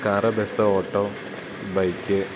car bus auto bike